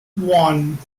one